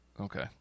Okay